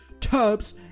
tubs